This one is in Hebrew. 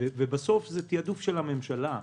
בסוף זה תעדוף של הממשלה.